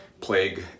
plague